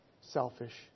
selfish